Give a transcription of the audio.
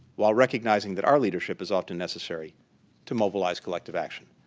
while recognizing that our leadership is often necessary to mobilize collective action.